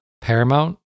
Paramount